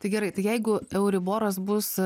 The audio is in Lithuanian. tai gerai tai jeigu euriboras bus